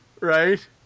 right